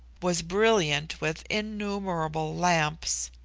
was brilliant with innumerable lamps.